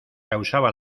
causaba